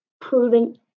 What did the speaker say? proven